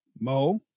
Mo